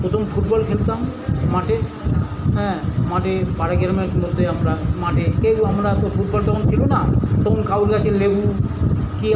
প্রথম ফুটবল খেলতাম মাঠে হ্যাঁ মাঠে পাড়াগ্রামের মধ্যে আমরা মাঠে কেউ আমরা তো ফুটবল তখন ছিল না তখন কারুর গাছের লেবু কি